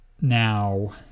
now